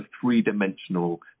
three-dimensional